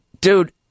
dude